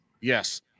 Yes